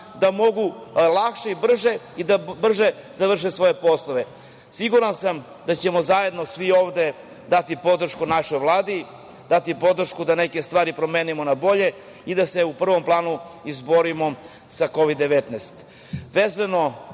da mogu lakše i brže završe svoje poslove. Siguran sam da ćemo zajedno svi ovde dati podršku našoj Vladi, dati podršku da neke stvari promenimo na bolje i da se u prvom planu izborimo sa